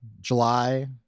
July